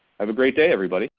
have a great day, everybody.